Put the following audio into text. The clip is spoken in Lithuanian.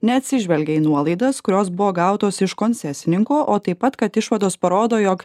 neatsižvelgė į nuolaidas kurios buvo gautos iš koncesininko o taip pat kad išvados parodo jog